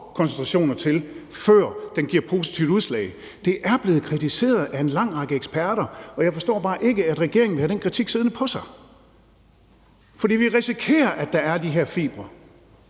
koncentrationer til, før den giver positivt udslag. Det er blevet kritiseret af en lang række eksperter, og jeg forstår bare ikke, at regeringen vil have den kritik siddende på sig. For vi risikerer, at der er de her fibre,